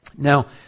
Now